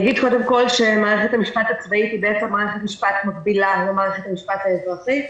מערכת המשפט הצבאית היא מערכת משפט מקבילה למערכת המשפט האזרחית.